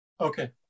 Okay